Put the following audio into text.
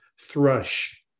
thrush